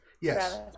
Yes